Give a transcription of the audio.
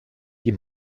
die